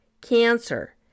cancer